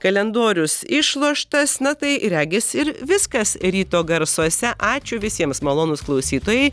kalendorius išloštas na tai regis ir viskas ryto garsuose ačiū visiems malonūs klausytojai